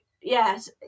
Yes